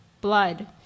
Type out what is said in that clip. blood